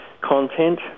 content